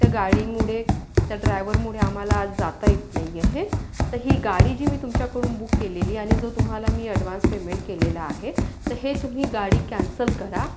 त्या गाडीमुळे त्या ड्रायव्हरमुळे आम्हाला आज जाता येत नाही आहे तर ही गाडी जी मी तुमच्याकडून बुक केलेली आणि जो तुम्हाला मी अडवान्स पेमेंट केलेला आहे तर हे तुम्ही गाडी कॅन्सल करा